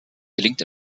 gelingt